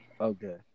Okay